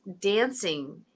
dancing